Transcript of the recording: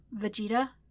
Vegeta